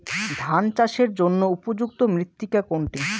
ধান চাষের জন্য উপযুক্ত মৃত্তিকা কোনটি?